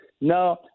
no